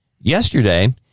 yesterday